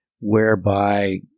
whereby